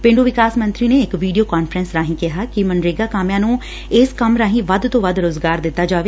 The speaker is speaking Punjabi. ਪੇਂਡੁ ਵਿਕਾਸ ਮੰਤਰੀ ਨੇ ਇਕ ਵੀਡੀਓ ਕਾਨਫਰੰਸ ਰਾਹੀਂ ਕਿਹਾ ਕਿ ਮਗਨਰੇਗਾ ਕਾਮਿਆਂ ਨੂੰ ਇਸ ਕੰਮ ਰਾਹੀ ਵੱਧ ਤੋਂ ਵੱਧ ਰੁਜ਼ਗਾਰ ਦਿੱਤਾ ਜਾਵੇ